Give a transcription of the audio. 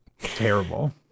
Terrible